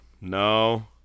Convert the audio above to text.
no